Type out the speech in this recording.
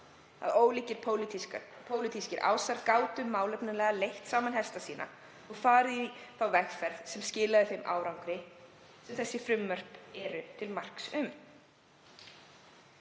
að ólíkir pólitískir ásar gátu málefnalega leitt saman hesta sína og farið í þá vegferð sem skilaði þeim árangri sem þessi frumvörp eru til marks um.